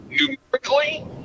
Numerically